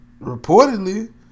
reportedly